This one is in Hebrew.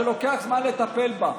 שלוקח זמן לטפל בה.